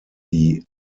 die